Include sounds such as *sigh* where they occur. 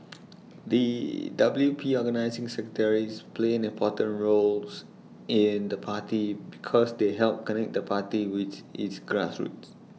*noise* the W P organising secretaries play an important roles in the party because they help connect the party with its grassroots